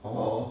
orh